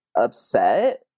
upset